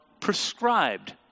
prescribed